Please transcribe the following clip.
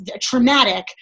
traumatic